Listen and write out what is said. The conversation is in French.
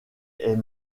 est